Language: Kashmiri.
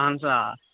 اَہَن سا آ